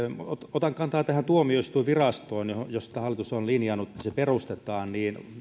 otan kantaa tähän tuomioistuinvirastoon josta hallitus on linjannut että se perustetaan